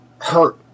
hurt